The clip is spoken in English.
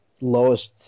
lowest